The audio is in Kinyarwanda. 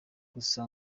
gusa